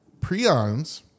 Prions